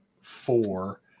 four